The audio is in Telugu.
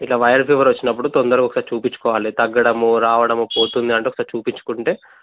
ఇట్లా వైరల్ ఫీవర్ వచ్చినప్పుడు తొందరగా ఒకసారి చూపించుకోవాలి తగ్గడము రావడము పోతుంది అంటే ఒకసారి చూపించుకుంటే